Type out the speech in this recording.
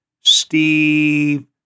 Steve